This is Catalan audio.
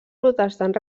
protestant